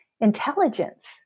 intelligence